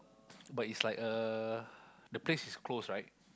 but it's like uh the place is close right